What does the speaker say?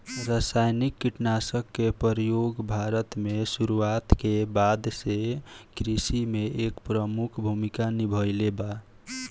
रासायनिक कीटनाशक के प्रयोग भारत में शुरुआत के बाद से कृषि में एक प्रमुख भूमिका निभाइले बा